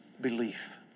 belief